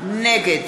נגד